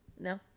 No